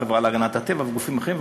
עם החברה להגנת הטבע וגופים אחרים.